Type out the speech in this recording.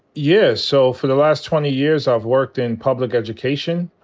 yeah, so for the last twenty years i've worked in public education.